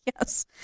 yes